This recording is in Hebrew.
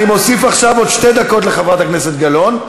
אני מוסיף עכשיו עוד שתי דקות לחברת הכנסת גלאון,